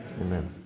Amen